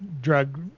drug